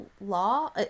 law